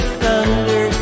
thunder